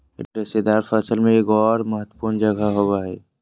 रेशेदार फसल में एगोर महत्वपूर्ण जगह होबो हइ